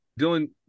Dylan